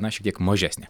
na šiek tiek mažesnė